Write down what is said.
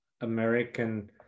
american